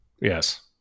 yes